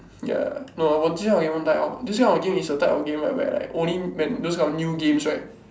ya no this one you won't die out this kind of game is the type of game where like only when those kind of new games right